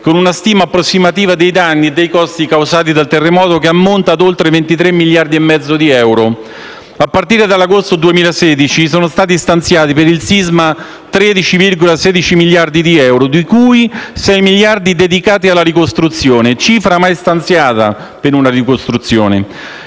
con una stima approssimativa dei danni e dei costi causati dal terremoto che ammonta a oltre 23,5 miliardi di euro. A partire dall'agosto 2016 sono stati stanziati per il sisma 13,16 miliardi di euro di cui 6 miliardi dedicati alla ricostruzione, cifra mai stanziata per una ricostruzione.